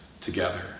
together